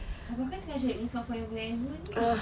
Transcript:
kakak tengah cari this sing forever and ever